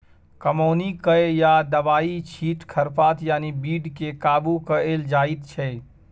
कमौनी कए या दबाइ छीट खरपात यानी बीड केँ काबु कएल जाइत छै